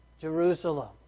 Jerusalem